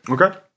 Okay